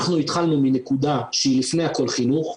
אנחנו התחלנו מנקודה שהיא לפני הכול חינוך,